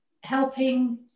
helping